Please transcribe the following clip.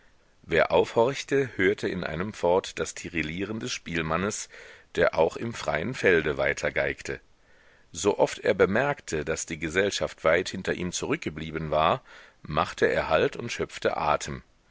wer aufhorchte hörte in einem fort das tirilieren des spielmannes der auch im freien felde weitergeigte sooft er bemerkte daß die gesellschaft weit hinter ihm zurückgeblieben war machte er halt und schöpfte atem